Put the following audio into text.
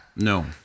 No